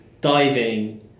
diving